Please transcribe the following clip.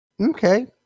Okay